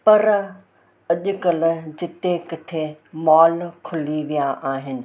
पर अॼु कल्ह जिते किथे मॉल खुली विया आहिनि